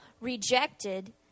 rejected